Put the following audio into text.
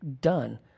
done